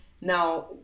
Now